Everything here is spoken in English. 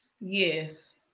yes